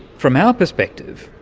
from our perspective,